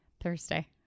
Thursday